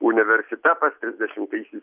universitetas tridešimtaisiais